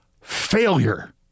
failure